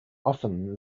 often